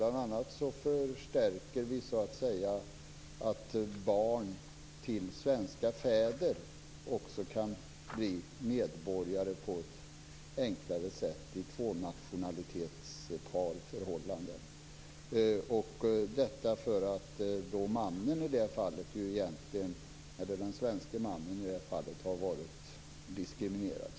Bl.a. förstärker vi detta så att också barn till svenska fäder kan bli medborgare på ett enklare sätt i parförhållanden med två nationaliteter. Detta gör vi för att mannen egentligen, den svenske mannen i det här fallet, har varit diskriminerad.